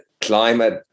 climate